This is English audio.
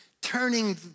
turning